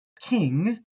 king